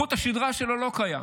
חוט השדרה שלו לא קיים.